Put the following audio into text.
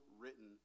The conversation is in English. written